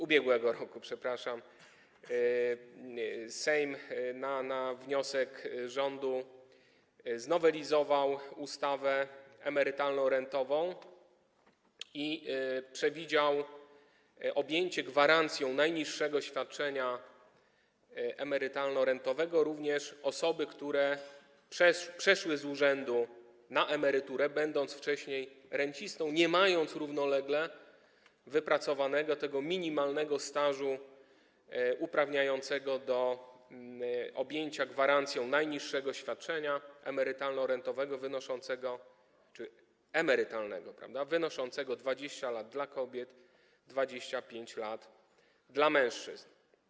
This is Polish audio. ubiegłego roku, przepraszam, Sejm na wniosek rządu znowelizował ustawę emerytalno-rentową i przewidział objęcie gwarancją najniższego świadczenia emerytalno-rentowego również osób, które przeszły z urzędu na emeryturę, będąc wcześniej rencistami, nie mając równolegle wypracowanego minimalnego stażu uprawniającego do objęcia gwarancją najniższego świadczenia emerytalno-rentowego wynoszącego... emerytalnego wynoszącego 20 lat dla kobiet, 25 lat dla mężczyzn.